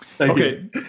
okay